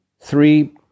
three